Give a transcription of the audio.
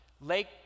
Lake